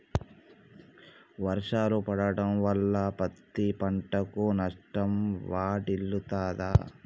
వర్షాలు పడటం వల్ల పత్తి పంటకు నష్టం వాటిల్లుతదా?